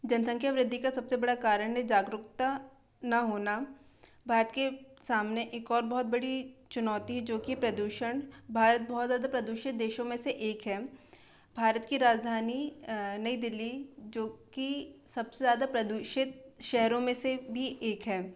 जनसंख्या वृद्धि का सबसे बड़ा कारण है जागरूकता न होना भारत के सामने एक और बहुत बड़ी चुनौती जो कि प्रदूषण भारत बहुत ज़्यादा प्रदूषित देशों में से एक है भारत की राजधानी नई दिल्ली जो कि सबसे ज़्यादा प्रदूषित शहरों में से भी एक है